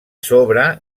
sobre